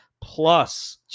plus